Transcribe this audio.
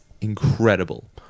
incredible